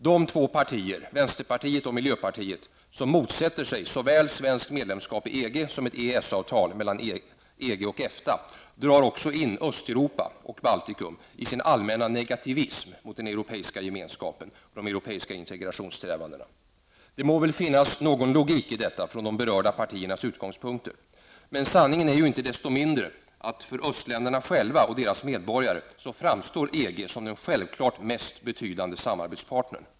De två partier, vänsterpartiet och miljöpartiet, som motsätter sig såväl svenskt medlemskap i EG som ett EES-avtal mellan EFTA och EG drar också in Östeuropa och Baltikum i sin allmänna negativism mot den europeiska gemenskapen och de europeiska integrationssträvandena. Det må väl finnas någon logik i detta från de berörda partiernas utgångspunkter, men sanningen är ju inte desto mindre att för östländerna själva och deras medborgare framstår EG som den självklart mest betydande samarbetspartnern.